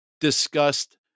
discussed